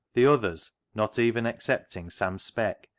the others, not even excepting sam speck,